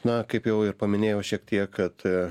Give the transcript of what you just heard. na kaip jau ir paminėjau šiek tiek kad